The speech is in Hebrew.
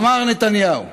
אמר נתניהו: